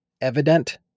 evident